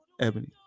Ebony